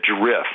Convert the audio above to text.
drift